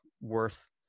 worth